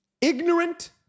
ignorant